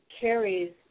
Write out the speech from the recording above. carries